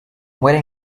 muere